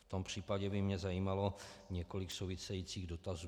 V tom případě by mě zajímalo několik souvisejících dotazů.